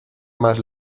más